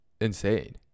insane